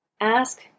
ask